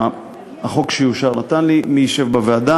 שהחוק שיאושר נתן לי, מי ישב בוועדה.